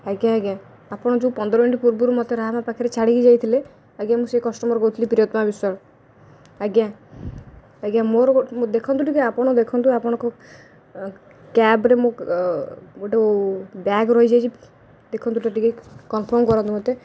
ଆଜ୍ଞା ଆଜ୍ଞା ଆପଣ ଯେଉଁ ପନ୍ଦର ମିନିଟ୍ ପୂର୍ବରୁ ମୋତେ ରାହାମ ପାଖରେ ଛାଡ଼ିକି ଯାଇଥିଲେ ଆଜ୍ଞା ମୁଁ ସେ କଷ୍ଟମର୍ କହୁଥିଲି ପ୍ରିୟତମା ବିଶ୍ୱାଳ ଆଜ୍ଞା ଆଜ୍ଞା ମୋର ଦେଖନ୍ତୁ ଟିକିଏ ଆପଣ ଦେଖନ୍ତୁ ଆପଣଙ୍କ କ୍ୟାବ୍ରେ ଗୋଟେ ବ୍ୟାଗ୍ ରହିଯାଇଛି ଦେଖନ୍ତୁ ତ ଟିକିଏ କନ୍ଫର୍ମ୍ କରନ୍ତୁ ମୋତେ